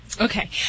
Okay